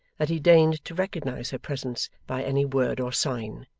that he deigned to recognize her presence by any word or sign.